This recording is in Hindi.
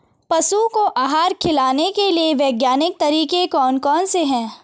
पशुओं को आहार खिलाने के लिए वैज्ञानिक तरीके कौन कौन से हैं?